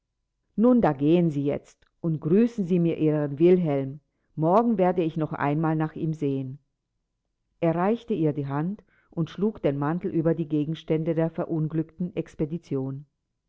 nun da gehen sie jetzt und grüßen sie mir ihren wilhelm morgen werde ich noch einmal nach ihm sehen er reichte ihr die hand und schlug den mantel über die gegenstände der verunglückten expedition